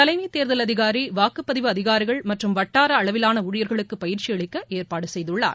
தலைமை தோதல் அதிகாரி வாக்குபதிவு அதிகாரிகள் மற்றும் வட்டார அளவிலான ஊழியர்களுக்கு பயிற்சி அளிக்க ஏற்பாடு செய்துள்ளார்